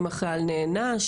האם החייל נענש?